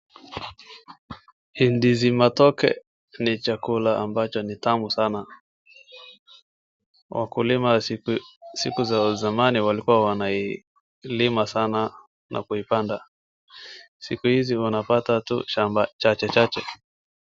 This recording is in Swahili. Hii ndizi matoke ni chakula ambacho ni tamu sana wakulima siku za zamani walikua wanalima sana na kuipanda sikuzi wanapata tu shamba chache chache .